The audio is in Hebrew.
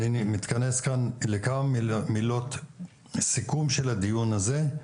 אני מתכנס כאן לכמה מילות סיכום של הדיון הזה,